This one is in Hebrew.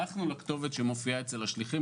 הלכנו לכתובת שמופיעה אצל השליחים,